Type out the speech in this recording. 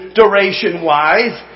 duration-wise